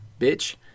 bitch